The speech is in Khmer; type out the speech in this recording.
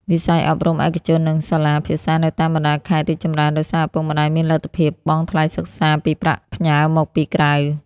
វិស័យអប់រំឯកជន និងសាលាភាសានៅតាមបណ្ដាខេត្តរីកចម្រើន ដោយសារឪពុកម្ដាយមានលទ្ធភាពបង់ថ្លៃសិក្សាពីប្រាក់ផ្ញើមកពីក្រៅ។